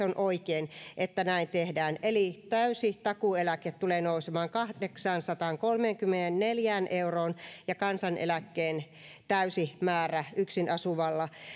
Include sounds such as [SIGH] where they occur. [UNINTELLIGIBLE] on oikein että näin tehdään eli täysi takuueläke tulee nousemaan kahdeksaansataankolmeenkymmeneenneljään euroon ja kansaneläkkeen täysi määrä yksin asuvalla